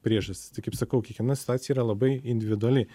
priežastis tai kaip sakau kiekviena situacija yra labai individuali